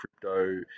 crypto